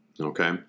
Okay